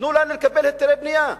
תנו לנו לקבל היתרי בנייה.